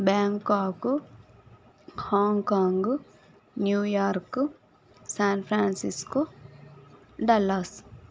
Bangkok Hong Kong New York San Francisco Dallas